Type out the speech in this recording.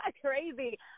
crazy